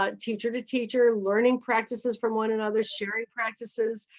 ah teacher to teacher. learning practices from one another. sharing practices.